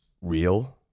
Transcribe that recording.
real